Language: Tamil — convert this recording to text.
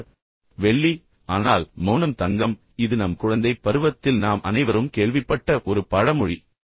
பேச்சு வெள்ளி ஆனால் மௌனம் தங்கம் இது நம் குழந்தைப் பருவத்தில் நாம் அனைவரும் கேள்விப்பட்ட ஒரு பழமொழி